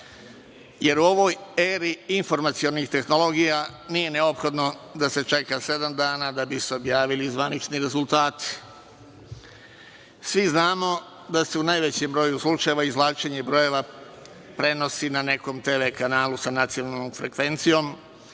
jer u ovoj eri informacionih tehnologija nije neophodno da se čeka sedam dana da bi se objavili zvanični rezultati. Svi znamo da se u najvećem broju slučajeva izvlačenje brojeva prenosi na nekom TV kanalu sa nacionalnom frekvencijom,